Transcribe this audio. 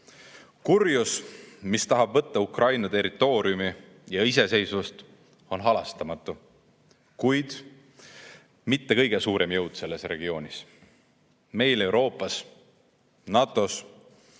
Kurjus, mis tahab võtta Ukraina territooriumi ja iseseisvuse, on halastamatu, kuid mitte kõige suurem jõud selles regioonis. Meil Euroopas ja